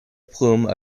plume